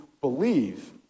believe